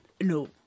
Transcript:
No